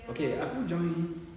aku join